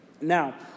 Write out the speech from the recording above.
Now